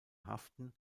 haften